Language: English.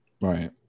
right